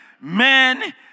Men